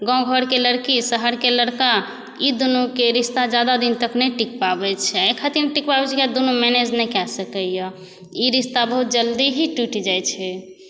गाम घरके लड़की शहरके लड़का ई दुनूके रिश्ता ज्यादा दिन तक नहि टिक पाबै छै एहि खातिर नहि टिक पाबै छै कियाकि दुनू मैनेज नहि कऽ सकैए ई रिश्ता बहुत जल्दी ही टुटि जाइ छै